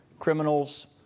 criminals